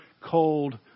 cold